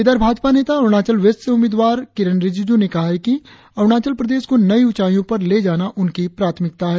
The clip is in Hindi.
इधर भाजपा नेता और अरुणाचल वेस्ट से उम्मीदवार किरेन रिजिजू ने कहा है कि अरुणाचल प्रदेश को नई ऊँचाईयों पर ले जाना उनकी प्राथमिकता है